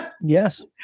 Yes